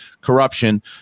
Corruption